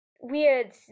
weird